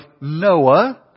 Noah